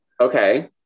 Okay